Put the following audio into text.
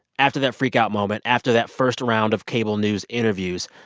after that freak-out moment, after that first round of cable news interviews,